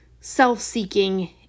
self-seeking